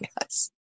Yes